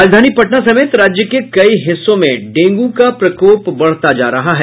राजधानी पटना समेत राज्य के कई हिस्सों में डेंगू का प्रकोप बढ़ता जा रहा है